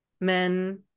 Men